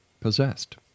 Possessed